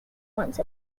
once